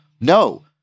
No